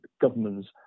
governments